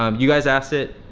um you guys asked it,